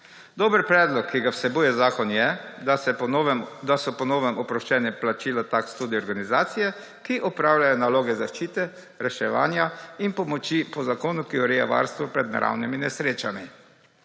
Dober predlog, ki ga vsebuje zakon, je, da so po novem oproščene plačila taks tudi organizacije, ki opravljajo naloge zaščite, reševanja in pomoči po zakonu, ki ureja varstvo pred naravnimi nesrečami.